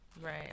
right